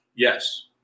Yes